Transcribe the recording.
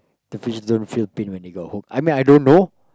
the fish don't feel pain when they got hook I mean I don't know